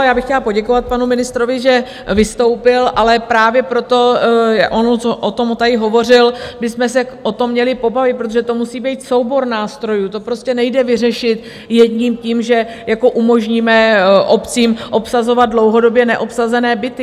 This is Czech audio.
Já bych chtěla poděkovat panu ministrovi, že vystoupil, ale právě proto on o tom tady hovořil my jsme se o tom měli pobavit, protože to musí být soubor nástrojů, to prostě nejde vyřešit jedním tím, že umožníme obcím obsazovat dlouhodobě neobsazené byty.